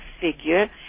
figure